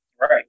Right